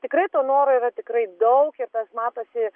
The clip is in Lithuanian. tikrai to noro yra tikrai daug ir tas matosi